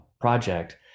project